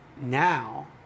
now